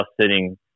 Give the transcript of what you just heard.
sitting